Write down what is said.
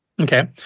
Okay